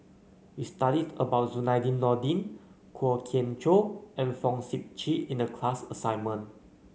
we studied about Zainudin Nordin Kwok Kian Chow and Fong Sip Chee in the class assignment